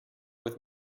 with